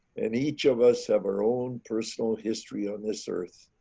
and each of us have our own personal history on this earth.